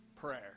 prayer